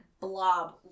blob